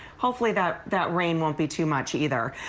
hopefully that that rain won't be too much either.